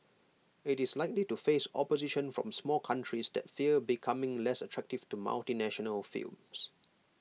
IT is likely to face opposition from small countries that fear becoming less attractive to multinational films